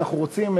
אנחנו רוצים,